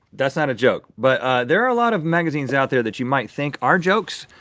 that's not a joke. but there are a lot of magazines out there that you might think are jokes,